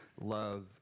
love